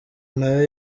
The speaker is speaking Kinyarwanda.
nayo